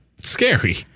scary